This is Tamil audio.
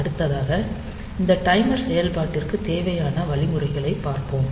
அடுத்ததாக இந்த டைமர் செயல்பாட்டிற்கு தேவையான வழிமுறைகளைப் பார்ப்போம்